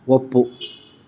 ಒಪ್ಪು